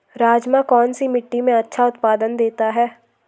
राजमा कौन सी मिट्टी में अच्छा उत्पादन देता है?